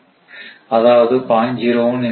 01 into p down அதாவது 0